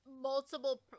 multiple